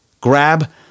grab